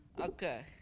Okay